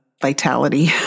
vitality